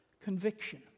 conviction